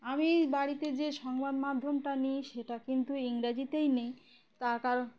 আমি বাড়িতে যে সংবাদ মাধ্যমটা নিই সেটা কিন্তু ইংরাজিতেই নিই তার কারণ